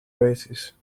veces